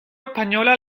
española